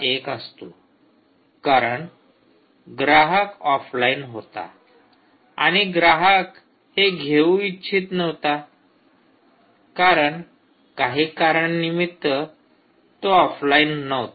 हा एक असतो कारण ग्राहक ऑफलाईन होता आणि ग्राहक हे घेऊ इच्छित नव्हता कारण काही कारण निमित्त तो ऑनलाइन नव्हता